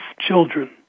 children